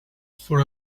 for